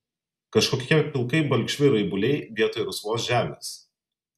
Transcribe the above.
kažkokie pilkai balkšvi raibuliai vietoj rusvos žemės